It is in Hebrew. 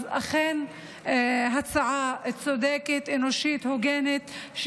אז אכן הצעה צודקת, אנושית, הוגנת.